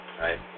Right